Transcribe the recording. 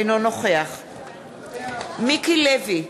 אינו נוכח מיקי לוי,